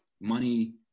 money